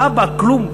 האבא, כלום.